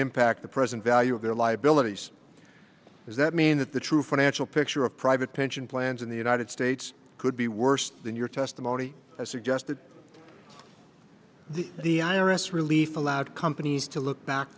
impact the present value of their liabilities does that mean that the true financial picture of private pension plans in the united states could be worse than your testimony suggested the i r s relief allowed companies to look back